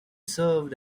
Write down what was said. served